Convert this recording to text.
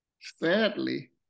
Sadly